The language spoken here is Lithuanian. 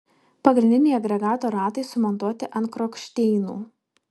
pagrindiniai agregato ratai sumontuoti ant kronšteinų